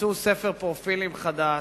ואימצו ספר פרופילים חדש.